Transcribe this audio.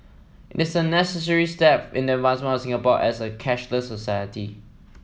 it is a necessary step in the advancement of Singapore as a cashless society